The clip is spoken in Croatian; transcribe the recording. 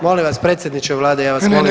Molim vas predsjedniče Vlade, ja vas molim.